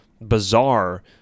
bizarre